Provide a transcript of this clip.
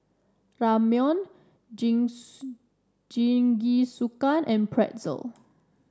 Ramyeon Jinsu Jingisukan and Pretzel